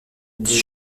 dit